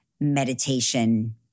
meditation